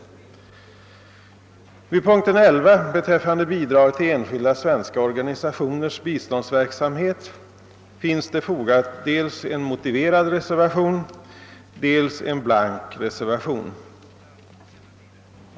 Vid punkten 11 beträffande bidrag till enskilda svenska organisationers biståndsverksamhet finns fogad dels en motiverad reservation, dels en blank reservation.